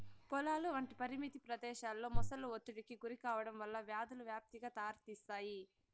పొలాలు వంటి పరిమిత ప్రదేశాలలో మొసళ్ళు ఒత్తిడికి గురికావడం వల్ల వ్యాధుల వ్యాప్తికి దారితీస్తాది